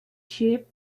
sheep